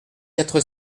quatre